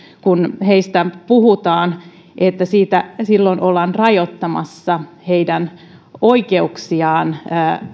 kun heistä puhutaan että silloin ollaan rajoittamassa heidän oikeuksiaan